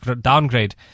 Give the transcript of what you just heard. downgrade